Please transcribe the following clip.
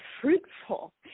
fruitful